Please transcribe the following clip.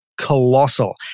colossal